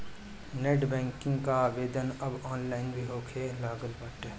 net banking कअ आवेदन अब ऑनलाइन भी होखे लागल बाटे